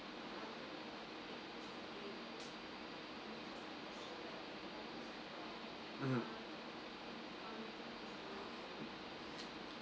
mm